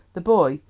the boy,